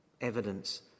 evidence